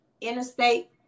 Interstate